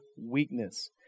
weakness